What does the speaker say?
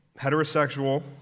heterosexual